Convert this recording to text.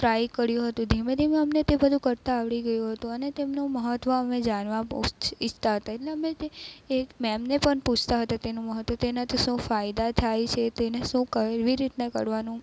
try કર્યું હતું ધીમે ધીમે અમને તે બધુ કરતા આવડી ગયું હતું અને તેમનું મહત્ત્વ અમે જાણવા બહુ જ ઇચ્છતા હતા એટલે અમે તે મેડમને પણ પૂછતાં હતા તેનું મહત્ત્વ તેનાથી શું ફાયદા થાય છે તેને શું કેવી રીતના કરવાનું